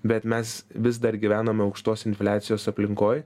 bet mes vis dar gyvename aukštos infliacijos aplinkoj